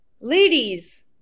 Ladies